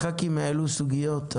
חברי הכנסת העלו סוגיות,